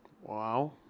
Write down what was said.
Wow